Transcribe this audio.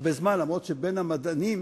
הרבה זמן, אף שבין המדענים,